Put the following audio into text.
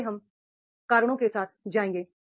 तो पहले हम कारणों के साथ जाएंगे